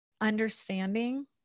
understanding